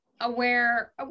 aware